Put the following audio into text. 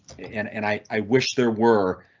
and and i i wish there were.